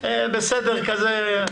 בסדר כזה,